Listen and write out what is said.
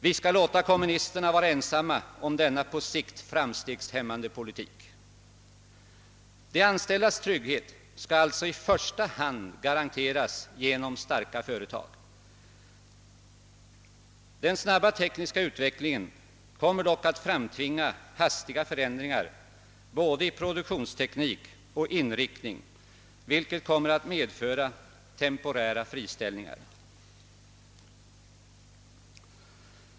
Vi skall låta kommunisterna vara ensamma om denna på sikt framstegshämmande politik. De anställdas trygghet skall alltså i första hand garanteras genom starka företag. Den snabba tekniska utvecklingen kommer dock att framtvinga snabba förändringar i både produktionsteknik och produktionsinriktning, vilket kommer att medföra temporära friställningar.